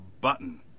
button